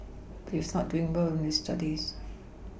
but he's not doing well in his Studies